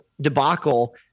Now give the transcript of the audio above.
debacle